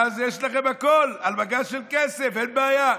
ואז יש לכם הכול על מגש של כסף, אין בעיה.